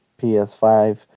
PS5